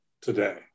today